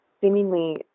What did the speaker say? seemingly